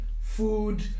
food